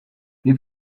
wir